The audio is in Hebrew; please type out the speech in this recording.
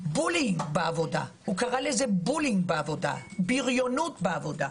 בולינג בעבודה בריונות בעבודה.